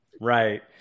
Right